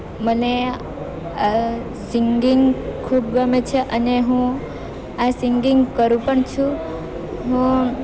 મને સિંગિંગ ખૂબ ગમે છે અને હું આ સિંગિંગ કરું પણ છું હું